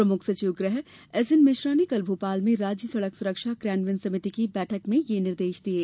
प्रमुख सचिव गृह एसएन मिश्रा ने कल भोपाल में राज्य सड़क सुरक्षा क्रियान्वयन संमिति की बैठक में ये निर्देष दिये